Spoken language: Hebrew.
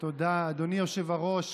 תודה, אדוני היושב-ראש.